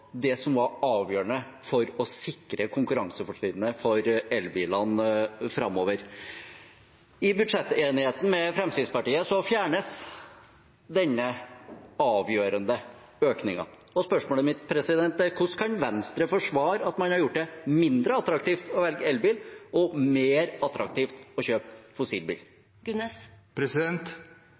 det som var avgjørende for å sikre konkurransefortrinnene for elbilene framover. I budsjettenigheten med Fremskrittspartiet fjernes denne avgjørende økningen. Spørsmålet mitt er: Hvordan kan Venstre forsvare at man har gjort det mindre attraktivt å velge elbil og mer attraktivt å kjøpe